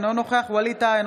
אינו נוכח ווליד טאהא,